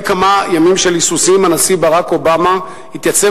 אחרי כמה ימים של היסוסים הנשיא ברק אובמה התייצב